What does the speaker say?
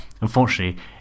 unfortunately